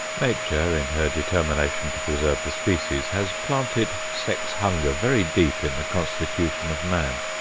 nature, in her determination to preserve the species, has planted sex hunger very deep in the constitution of man.